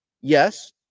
Yes